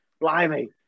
blimey